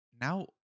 Now